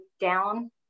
down